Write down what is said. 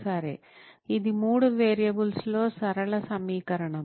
సరే ఇది మూడు వేరియబుల్స్లో సరళ సమీకరణం